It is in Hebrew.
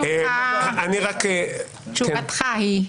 שמחה, תשובתך היא.